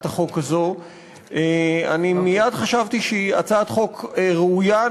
החוק הזאת אני מייד חשבתי שהיא הצעת חוק ראויה,